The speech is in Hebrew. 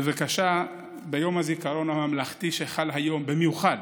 בבקשה, ביום הזיכרון הממלכתי שחל היום, במיוחד